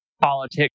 politics